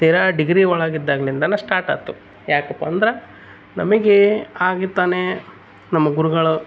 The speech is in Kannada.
ತೀರಾ ಡಿಗ್ರಿ ಒಳಗಿದ್ದಂಗ್ಲಿಂದ ಸ್ಟಾರ್ಟ್ ಆಯ್ತು ಯಾಕಪ್ಪ ಅಂದ್ರೆ ನಮಗೇ ಆಗ ತಾನೇ ನಮ್ಮ ಗುರುಗಳು